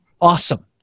Awesome